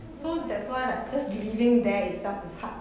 so that's why like just living there itself is hard